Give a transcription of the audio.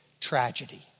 tragedy